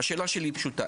השאלה שלי היא פשוטה.